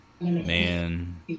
Man